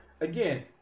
Again